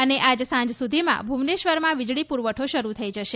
અને આજ સાંજ સુધીમાં ભુવનેશ્વરમાં વિજલી પુરવઠો શરૂ થઇ જશે